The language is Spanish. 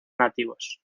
nativos